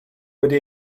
wedi